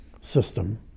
system